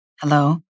Hello